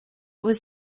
was